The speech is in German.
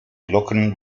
glocken